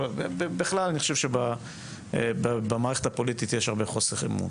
בכלל אני חושב שבמערכת הפוליטית יש הרבה חוסר אמון.